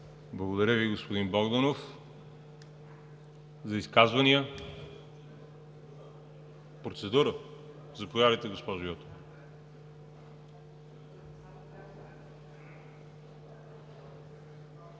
Благодаря Ви, господин Богданов. За изказвания? Процедура? Заповядайте, госпожо Йотова.